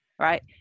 right